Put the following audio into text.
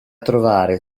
trovare